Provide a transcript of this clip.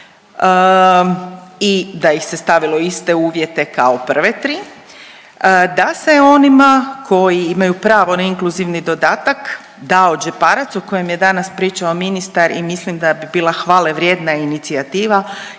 i da ih se stavilo u iste uvjete kao prve tri, da se onima koji imaju pravo na inkluzivni dodatak dao džeparac o kojem je danas pričao ministar i mislim da bi bila hvale vrijedna inicijativa,